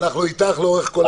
אנחנו איתך לאורך כל הדרך.